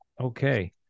Okay